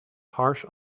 harsh